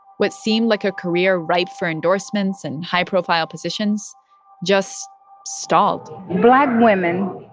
what seemed like a career ripe for endorsements and high-profile positions just stalled black women